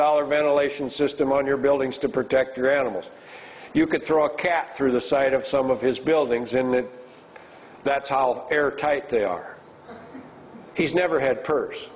dollars ventilation system on your buildings to protect your animals you could throw a cat through the side of some of his buildings in that solve airtight they are he's never had purse